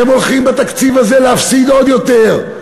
והם הולכים בתקציב הזה להפסיד עוד יותר.